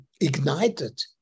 ignited